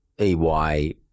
EY